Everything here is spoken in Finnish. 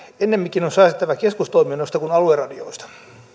ennemminkin on säästettävä keskustoiminnoista kuin alueradioista